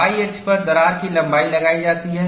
Y अक्ष पर दरार की लंबाई लगाई जाती है